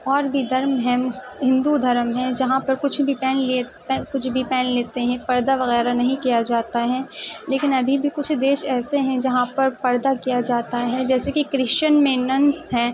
اور بھی دھرم ہیں ہندو دھرم ہیں جہاں پہ کچھ بھی پہن لیے کچھ بھی پہن لیتے ہیں پردہ وغیرہ نہیں کیا جاتا ہے لیکن ابھی بھی کچھ دیش ایسے ہیں جہاں پر پردہ کیا جاتا ہے جیسے کہ کرشچن میں ننس ہیں